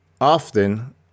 Often